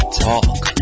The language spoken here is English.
talk